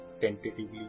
tentatively